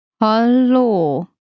Hello